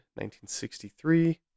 1963